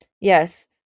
Yes